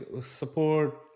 support